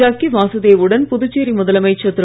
ஜக்கி வாசுதேவ் உடன் புதுச்சேரி முதலமைச்சர் திரு